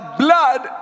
blood